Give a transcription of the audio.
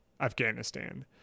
Afghanistan